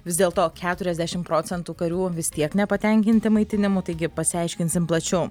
vis dėlto keturiasdešim procentų karių vis tiek nepatenkinti maitinimu taigi pasiaiškinsim plačiau